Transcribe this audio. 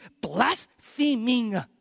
blaspheming